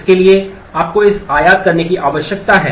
इसलिए आपको इसे आयात करने की आवश्यकता है